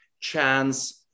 chance